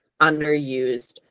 underused